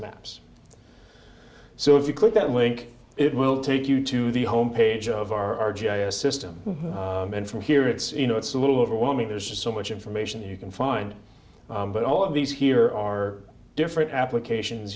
maps so if you click that link it will take you to the home page of our system and from here it's you know it's a little overwhelming there's just so much information you can find but all of these here are different applications